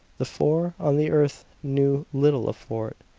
the four on the earth knew little of fort.